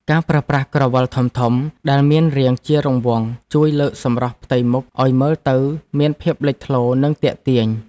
ការប្រើប្រាស់ក្រវិលធំៗដែលមានរាងជារង្វង់ជួយលើកសម្រស់ផ្ទៃមុខឱ្យមើលទៅមានភាពលេចធ្លោនិងទាក់ទាញ។